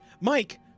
Mike